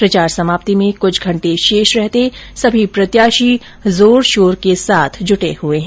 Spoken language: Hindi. प्रचार समाप्ति में कुछ घंटे शेष रहते सभी प्रत्याशी जोरशोर के साथ जुटे हुए है